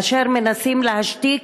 שבהם מנסים להשתיק